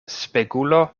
spegulo